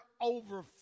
over